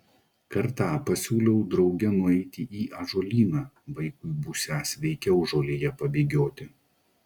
kartą pasiūliau drauge nueiti į ąžuolyną vaikui būsią sveikiau žolėje pabėgioti